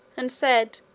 and said,